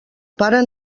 pare